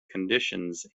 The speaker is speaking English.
conditions